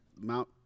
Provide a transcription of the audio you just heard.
Mount